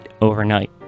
overnight